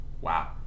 Wow